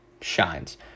shines